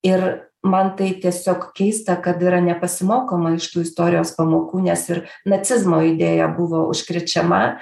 ir man tai tiesiog keista kad yra nepasimokoma iš tų istorijos pamokų nes ir nacizmo idėja buvo užkrečiama